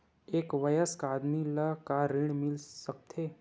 एक वयस्क आदमी ल का ऋण मिल सकथे?